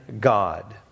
God